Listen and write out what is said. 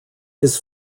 his